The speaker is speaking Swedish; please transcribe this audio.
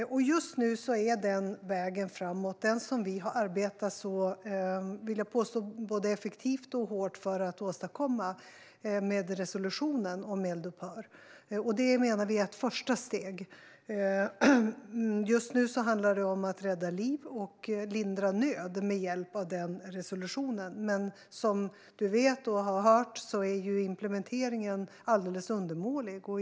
Just nu är vägen framåt det som vi har arbetat både effektivt och hårt, vill jag påstå, för att åstadkomma, med resolutionen om eldupphör. Det menar vi är ett första steg. Just nu handlar det om att rädda liv och lindra nöd med hjälp av resolutionen. Som Yasmine Posio Nilsson vet och har hört är implementeringen alldeles undermålig.